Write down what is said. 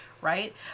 right